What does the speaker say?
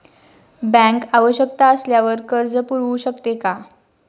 Bank आवश्यकता असल्यावर कर्ज पुरवू शकते का?